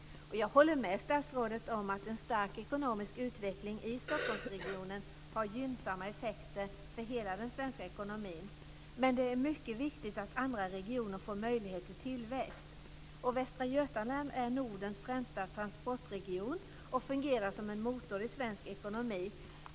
Jag håller med statsrådet om att en stark ekonomisk utveckling i Stockholmsregionen har gynnsamma effekter för hela den svenska ekonomin. Men det är mycket viktigt att andra regioner får möjlighet till tillväxt. Västra Götaland är Nordens främsta transportregion och fungerar som en motor i svensk ekonomi.